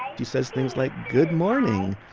yeah she says things like, good morning,